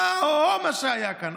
או-הו, מה שהיה כאן.